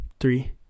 three